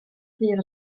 fur